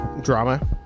drama